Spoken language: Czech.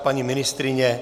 Paní ministryně?